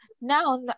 now